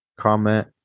comment